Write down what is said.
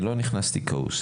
אני לא נכנסתי כעוס,